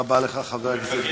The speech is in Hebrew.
תודה רבה לך, חבר הכנסת גואטה.